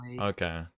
Okay